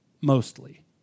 mostly